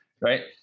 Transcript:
right